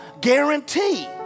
guarantee